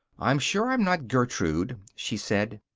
i'm sure i'm not gertrude, she said,